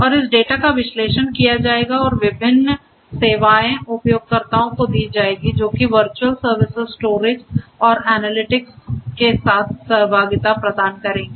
और इस डेटा का विश्लेषण किया जाएगा और विभिन्न सेवाएं उपयोगकर्ताओं को दी जाएगी जो कि वर्चुअल सर्विसेज स्टोरेज और एनालिटिक्स के साथ सहभागिता प्रदान करेंगे